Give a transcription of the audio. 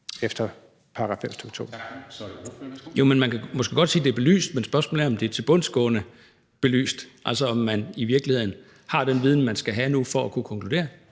Thulesen Dahl (DF): Man kan måske godt sige, at det er belyst, men spørgsmålet er, om det er tilbundsgående belyst – altså, om man i virkeligheden har den viden, man skal have nu, for kunne konkludere.